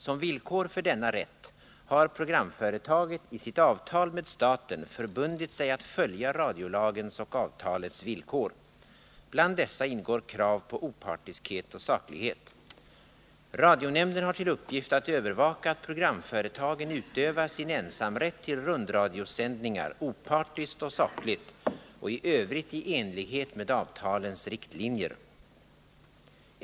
Som villkor för denna rätt har programföretaget i sitt avtal med staten förbundit sig att följa radiolagens och avtalets villkor. Bland dessa ingår krav på opartiskhet och saklighet. Radionämnden har till uppgift att övervaka att programföretagen utövar sin ensamrätt till rundradiosändningar opartiskt och sakligt och i övrigt i enlighet med avtalens riktlinjer.